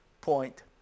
point